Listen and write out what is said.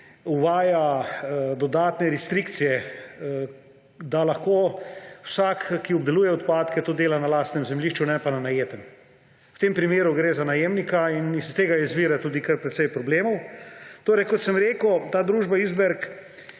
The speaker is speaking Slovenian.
uvaja dodatne restrikcije, da lahko vsak, ki obdeluje odpadke, to dela na lastnem zemljišču, ne pa na najetem. V tem primeru gre za najemnika in iz tega izvira tudi kar precej problemov. Torej, kot sem rekel, ta družba Isberg